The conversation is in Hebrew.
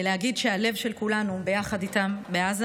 אני רוצה להגיד שהלב של כולנו ביחד איתם בעזה.